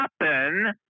happen